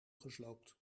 gesloopt